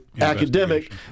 academic